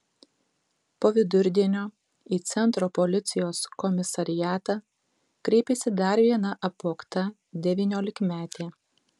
po vidurdienio į centro policijos komisariatą kreipėsi dar viena apvogta devyniolikmetė